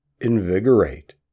invigorate